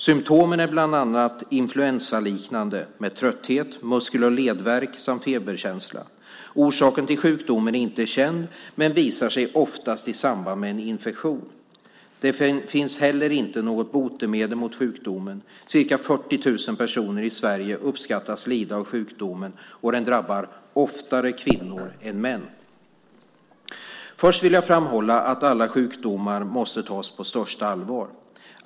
Symtomen är bland annat influensaliknande, med trötthet, muskel och ledvärk samt feberkänsla. Orsaken till sjukdomen är inte känd, men sjukdomen visar sig oftast i samband med en infektion. Det finns heller inte något botemedel mot sjukdomen. Ca 40 000 personer i Sverige uppskattas lida av sjukdomen, och den drabbar oftare kvinnor än män. Först vill jag framhålla att alla sjukdomar måste tas på största allvar.